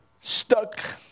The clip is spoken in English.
stuck